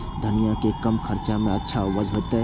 धनिया के कम खर्चा में अच्छा उपज होते?